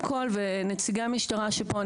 נציגי המשטרה שפה,